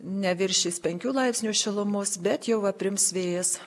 neviršys penkių laipsnių šilumos bet jau aprims vėjas